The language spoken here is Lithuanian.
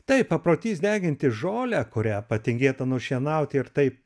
tai paprotys deginti žolę kurią patingėta nušienauti ir taip